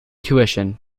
tuition